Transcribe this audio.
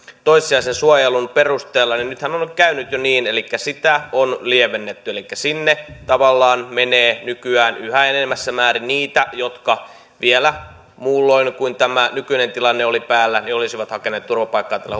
toissijaisen suojelun perusteella niin nythän on käynyt jo niin elikkä sitä on lievennetty sinne tavallaan menee nykyään yhä enenevässä määrin niitä jotka vielä muulloin kuin nyt kun tämä nykyinen tilanne on päällä olisivat hakeneet turvapaikkaa tällä